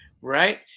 right